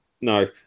No